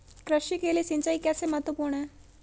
कृषि के लिए सिंचाई कैसे महत्वपूर्ण है?